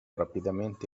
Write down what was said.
rapidamente